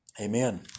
Amen